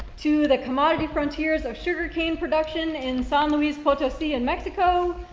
to the commodity frontiers or sugar cane production in san luis potosi in mexico,